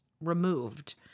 removed